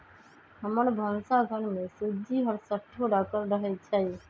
हमर भन्सा घर में सूज्ज़ी हरसठ्ठो राखल रहइ छै